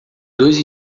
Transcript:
dois